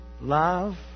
love